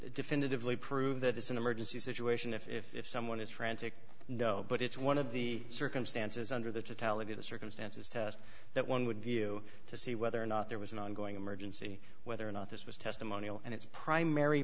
definitively prove that it's an emergency situation if someone is frantic no but it's one of the circumstances under the talladega circumstances test that one would view to see whether or not there was an ongoing emergency whether or not this was testimonial and its primary